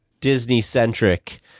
Disney-centric